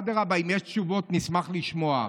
אדרבה, אם יש תשובות, נשמח לשמוע.